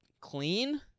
clean